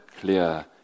clear